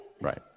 Right